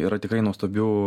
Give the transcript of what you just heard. yra tikrai nuostabių